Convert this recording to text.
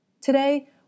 Today